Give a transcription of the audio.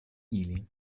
ili